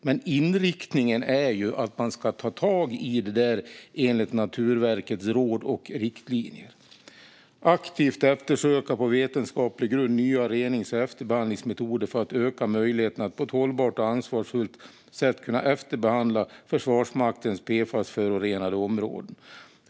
Men inriktningen är att man ska ta tag i detta enligt Naturvårdsverkets råd och riktlinjer och att aktivt på vetenskaplig grund eftersöka nya renings och efterbehandlingsmetoder för att öka möjligheterna att på ett hållbart och ansvarsfullt sätt efterbehandla Försvarsmaktens PFAS-förorenade områden.